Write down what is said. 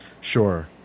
Sure